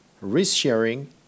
risk-sharing